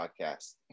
podcast